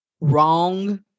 Wrong